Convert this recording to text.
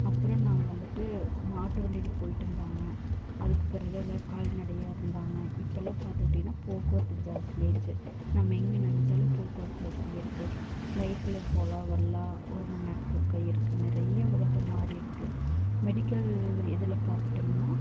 அப்றம் நாம் வந்துவிட்டு மாட்டு வண்டியில் போய்ட்டுருந்தாங்க அதுக்கு பிறகு எல்லா கால்நடையாக இருந்தாங்க இப்போ எல்லாம் பார்த்துக்கிட்டீங்கன்னா போக்குவரத்து ஜாஸ்த்தியாகிடுச்சு நம்ம எங்கே நெனைச்சாலும் போக்குவரத்து வசதி இருக்குது ஃபிளைட்டில் போகலாம் வரலாம் ஒருமணி நேரத்துக்கு ஒருக்கா இருக்குது நிறைய உலகம் மாறியிருக்கு மெடிக்கல் இதில் பார்த்துட்டோம்னா